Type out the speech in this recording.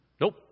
Nope